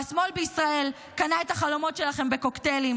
והשמאל בישראל קנה את החלומות שלכם בקוקטיילים